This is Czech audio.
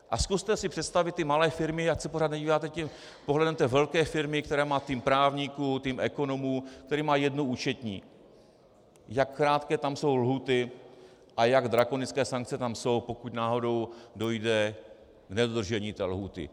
A zkuste si představit ty malé firmy, ať se pořád nedíváte pohledem té velké firmy, která má tým právníků, tým ekonomů, které mají jednu účetní, jak krátké tam jsou lhůty a jak drakonické sankce tam jsou, pokud náhodou dojde k nedodržení té lhůty.